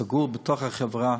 סגור בתוך החברה,